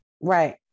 right